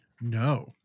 No